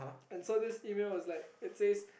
and so this email was like it said